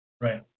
Right